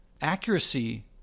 Accuracy